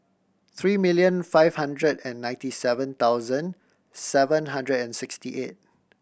three million five hundred and ninety seven thousand seven hundred and sixty eight